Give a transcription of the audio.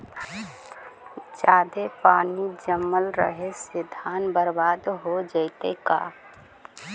जादे पानी जमल रहे से धान बर्बाद हो जितै का?